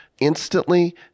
instantly